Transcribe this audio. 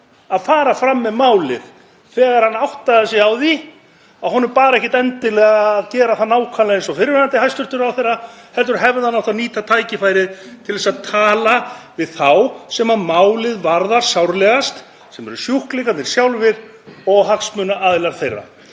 að fara fram með málið, hann hefði áttaði sig á því að honum bar ekkert endilega að gera það nákvæmlega eins og fyrrverandi hæstv. ráðherra heldur hefði hann átt að nýta tækifærið til að tala við þá sem málið varðar sárlegast, sem eru sjúklingarnir sjálfir og hagsmunaaðilar þeirra.